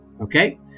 okay